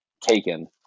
taken